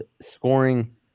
scoring